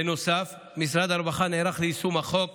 בנוסף, משרד הרווחה נערך ליישום חוק